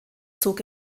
zog